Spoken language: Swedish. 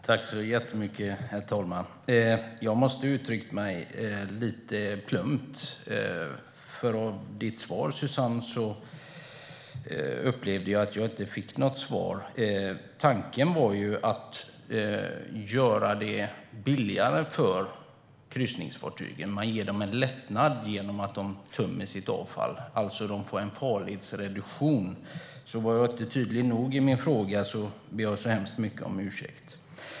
Herr talman! Jag måste ha uttryckt mig lite otydligt, för jag upplevde inte att jag fick något svar av Suzanne Svensson. Tanken var ju att göra det billigare för kryssningsfartygen. Man ger dem en lättnad genom att de tömmer sitt avfall. De får alltså en farledsreduktion. Var jag inte tydlig nog i min fråga ber jag alltså så hemskt mycket om ursäkt.